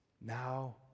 Now